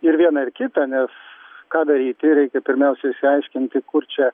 ir viena ir kita nes ką daryti reikia pirmiausia išsiaiškinti kur čia